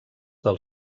del